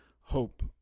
hope